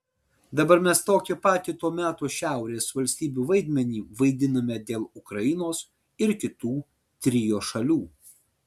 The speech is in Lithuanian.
dabar mes tokį patį to meto šiaurės valstybių vaidmenį vaidiname dėl ukrainos ir kitų trio šalių